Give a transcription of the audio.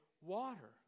water